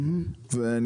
אני